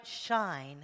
shine